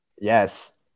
yes